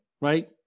right